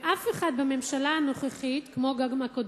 ואף אחד בממשלה הנוכחית,